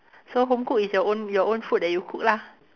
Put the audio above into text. so home cooked is your own your own food that you cook lah